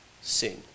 sin